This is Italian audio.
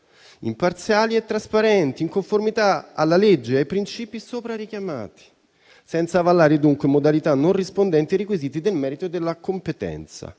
imparziali e trasparenti, in conformità alla legge e ai principi sopra richiamati, senza avallare dunque modalità non rispondenti ai requisiti del merito e della competenza.